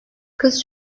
kız